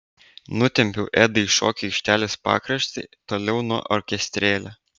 nutempiu edą į šokių aikštelės pakraštį toliau nuo orkestrėlio